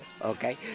Okay